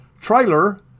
trailer